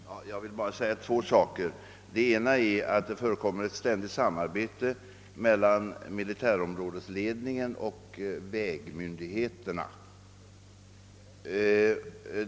Herr talman! Jag vill erinra om två fakta. Det ena är att det förekommer ett ständigt samarbete mellan militärområdesledningen och vägmyndigheterna.